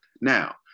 Now